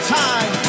time